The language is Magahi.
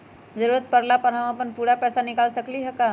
जरूरत परला पर हम अपन पूरा पैसा निकाल सकली ह का?